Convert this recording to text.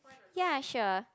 ya sure